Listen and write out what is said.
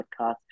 podcast